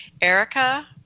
Erica